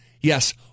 Yes